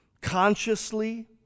Consciously